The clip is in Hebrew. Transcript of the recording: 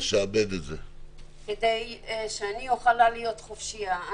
כדי שאני אוכל להיות חופשיה.